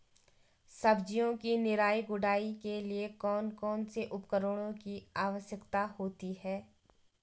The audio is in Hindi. सब्जियों की निराई गुड़ाई के लिए कौन कौन से उपकरणों की आवश्यकता होती है?